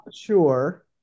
sure